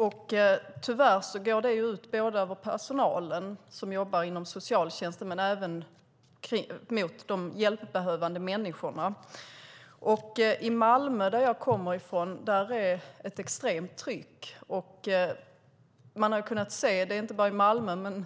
Det går ut över såväl personalen som jobbar inom socialtjänsten som över de hjälpbehövande människorna. I Malmö, som jag kommer från, är det ett extremt tryck. Man har kunnat se, inte bara i Malmö,